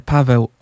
Paweł